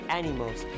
animals